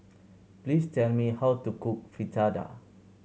please tell me how to cook Fritada